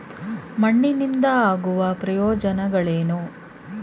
ಮಣ್ಣಿನಿಂದ ಆಗುವ ಪ್ರಯೋಜನಗಳೇನು?